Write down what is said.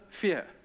fear